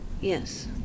Yes